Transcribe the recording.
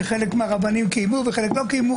שחלק מהרבנים קיימו וחלק לא קיימו,